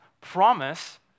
promise